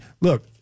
Look